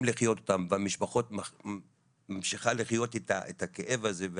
לחיות איתם והמשפחה ממשיכה לחיות את הכאב הזה.